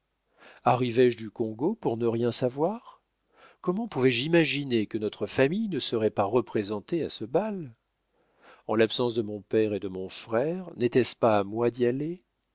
arrivais je du congo pour ne rien savoir comment pouvais-je imaginer que notre famille ne serait pas représentée à ce bal en l'absence de mon père et de mon frère n'était-ce pas à moi d'y aller